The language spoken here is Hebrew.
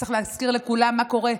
צריך להזכיר לכולם מה קורה,